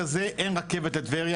אבל נכון לרגע זה אין רכב לטבריה.